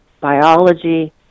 biology